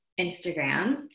Instagram